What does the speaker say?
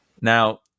Now